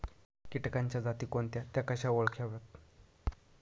किटकांच्या जाती कोणत्या? त्या कशा ओळखाव्यात?